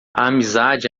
amizade